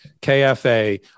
KFA